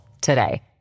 today